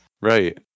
Right